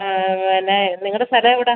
ആ പിന്നെ നിങ്ങളുടെ സ്ഥലം എവിടാണ്